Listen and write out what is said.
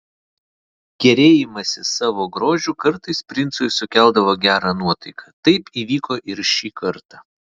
gėrėjimasis savo grožiu kartais princui sukeldavo gerą nuotaiką taip įvyko ir šį kartą